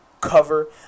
cover